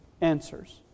answers